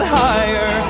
higher